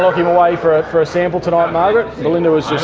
lock him away for ah for a sample tonight, margaret. belinda was just